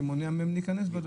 שמונע מהם להיכנס.